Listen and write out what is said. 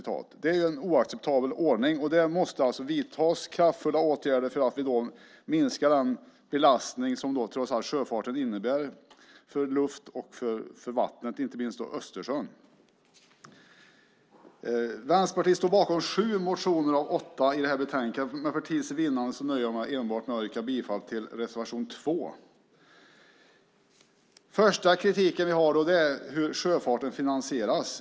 Det är oacceptabelt. Där måste alltså kraftfulla åtgärder vidtas för att minska den belastning som trots allt sjöfarten innebär för luft och för vattnet inte minst för Östersjön. Vänsterpartiet står bakom sju motioner av åtta i detta betänkande, men för tids vinning nöjer jag mig med att enbart yrka bifall till reservation 2. Den första kritiken jag har är hur sjöfarten finansieras.